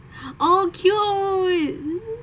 I'll kill you